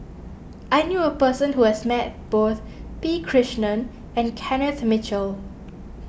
I knew a person who has met both P Krishnan and Kenneth Mitchell